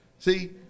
See